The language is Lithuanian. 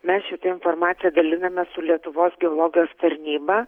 mes šita informacija dalinamės su lietuvos geologijos tarnyba